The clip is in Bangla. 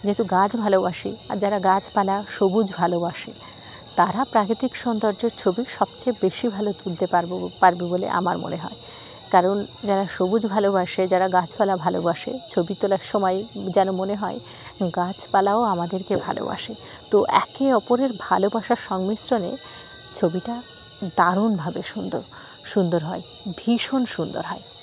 যেহেতু গাছ ভালোবাসি আর যারা গাছপালা সবুজ ভালোবাসে তারা প্রাকৃতিক সৌন্দর্যর ছবি সবচেয়ে বেশি ভালো তুলতে পারব পারবে বলে আমার মনে হয় কারণ যারা সবুজ ভালোবাসে যারা গাছপালা ভালোবাসে ছবি তোলার সময় যেন মনে হয় গাছপালাও আমাদেরকে ভালোবাসে তো একে অপরের ভালোবাসার সংমিশ্রণে ছবিটা দারুণভাবে সুন্দর সুন্দর হয় ভীষণ সুন্দর হয়